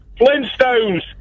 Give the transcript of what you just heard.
Flintstones